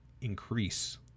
increase